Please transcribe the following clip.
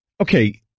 Okay